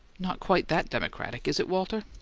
not quite that democratic, is it, walter?